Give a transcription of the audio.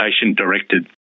patient-directed